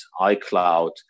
iCloud